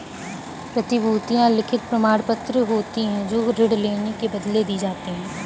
प्रतिभूतियां लिखित प्रमाणपत्र होती हैं जो ऋण लेने के बदले दी जाती है